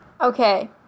Okay